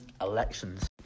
elections